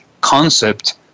concept